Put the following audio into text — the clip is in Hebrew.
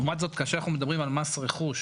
לעומת זאת, כאשר אנחנו מדברים על מס רכוש,